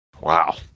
Wow